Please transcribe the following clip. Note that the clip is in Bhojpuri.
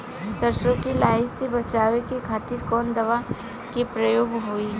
सरसो के लही से बचावे के खातिर कवन दवा के प्रयोग होई?